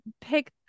pick